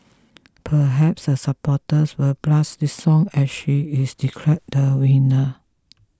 perhaps her supporters will blast this song as she is declared the winner